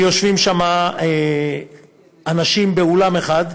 כי יושבים שם אנשים באולם אחד,